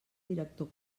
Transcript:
director